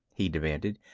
he demanded.